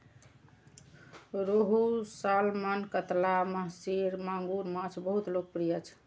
रोहू, सालमन, कतला, महसीर, मांगुर माछ बहुत लोकप्रिय छै